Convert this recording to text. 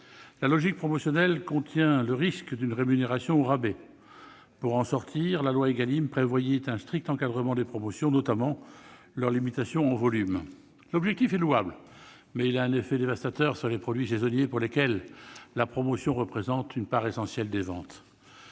La logique promotionnelle contient le risque d'une rémunération au rabais. Pour en sortir, la loi Égalim prévoit un strict encadrement des promotions, notamment leur limitation en volume. L'objectif est louable, mais il a un effet dévastateur sur les produits saisonniers dont la promotion représente une part essentielle des ventes.